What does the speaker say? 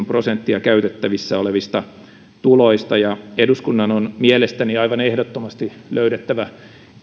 prosenttia käytettävissä olevista tuloista eduskunnan on mielestäni aivan ehdottomasti löydettävä